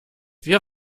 wir